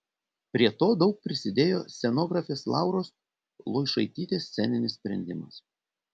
prie to daug prisidėjo scenografės lauros luišaitytės sceninis sprendimas